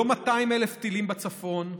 לא 200,000 טילים בצפון,